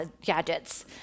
gadgets